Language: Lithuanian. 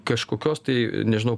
kažkokios tai nežinau